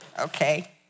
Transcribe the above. okay